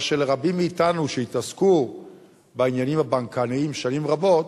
מה שלרבים מאתנו שהתעסקו בעניינים הבנקאיים שנים רבות,